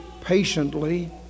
patiently